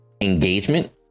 engagement